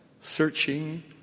searching